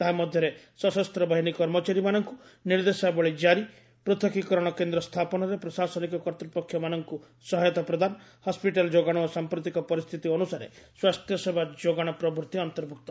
ତାହା ମଧ୍ୟରେ ସଶସ୍ତ ବାହିନୀ କର୍ମଚାରୀମାନଙ୍କୁ ନିର୍ଦ୍ଦେଶାବଳୀ କାରି ପୂଥକୀକରଣ କେନ୍ଦ୍ର ସ୍ଥାପନରେ ପ୍ରଶାସନିକ କର୍ତ୍ତୃପକ୍ଷମାନଙ୍କୁ ସହାୟତା ପ୍ରଦାନ ହସ୍କିଟାଲ ଯୋଗାଣ ଓ ସାମ୍ପ୍ରତିକ ପରିସ୍ଥିତି ଅନୁସାରେ ସ୍ୱାସ୍ଥ୍ୟସେବା ଯୋଗାଣ ପ୍ରଭୃତି ଅନ୍ତର୍ଭୁକ୍ତ